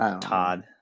Todd